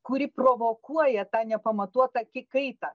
kuri provokuoja tą nepamatuotą kaitą